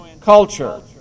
culture